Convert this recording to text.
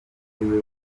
atariwe